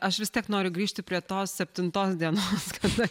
aš vis tiek noriu grįžti prie tos septintos dienos kada